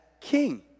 king